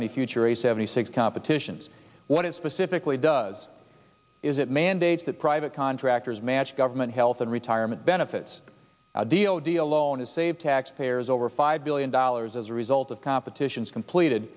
the future a seventy six competitions what is specifically does is it mandates that private contractors match government health and retirement benefits a deal deal loaned to save taxpayers over five billion dollars as a result of competitions completed